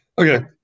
Okay